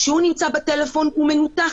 כשהוא נמצא בטלפון, הוא מנותק,